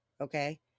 okay